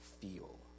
feel